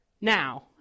Now